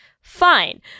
fine